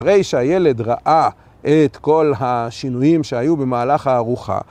‫אחרי שהילד ראה את כל השינויים ‫שהיו במהלך הארוחה.